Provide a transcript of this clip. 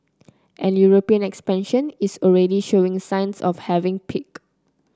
and European expansion is already showing signs of having peaked